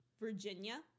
Virginia